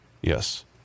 Yes